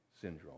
syndrome